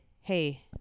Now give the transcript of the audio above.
hey